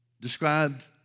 described